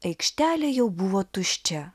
aikštelė jau buvo tuščia